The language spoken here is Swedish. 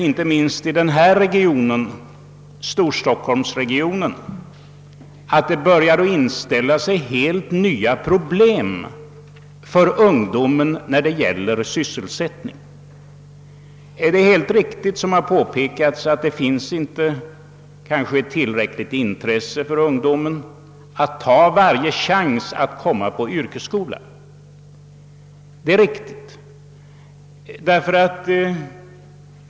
Inte minst inom storstockholmsregionen har helt nya problem uppstått för ungdomen. Det har påpekats att ungdomen kanske inte är tillräckligt intresserad av att ta varje chans att komma in på en yrkesskola. Det är riktigt.